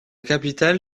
capitale